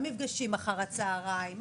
המפגשים אחר הצוהריים,